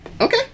Okay